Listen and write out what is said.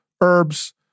Herbs